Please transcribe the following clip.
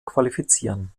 qualifizieren